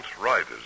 riders